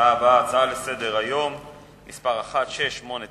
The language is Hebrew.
ההצעה הבאה היא הצעה לסדר-היום מס' 1689,